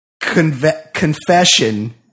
confession